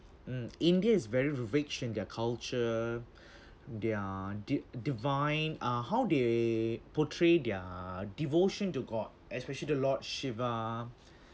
mm india is very rich in their culture their d~ divine uh how they portray their devotion to god especially the lord shiva